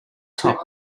top